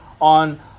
on